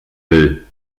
will